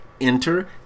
Enter